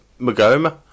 Magoma